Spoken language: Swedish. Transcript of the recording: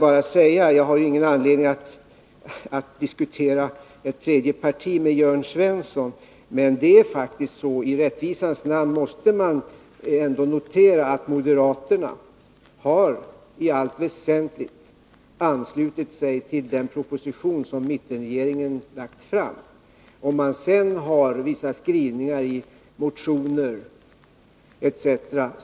Jag har ingen anledning att diskutera ett tredje parti med Jörn Svensson, menii rättvisans namn måste man ändå notera att moderaterna i allt väsentligt har anslutit sig till den proposition som mittenregeringen lagt fram. Om de sedan har vissa skrivningar i motioner etc.